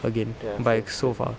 again by so far